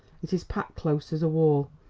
it is packed close as a wall.